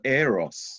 eros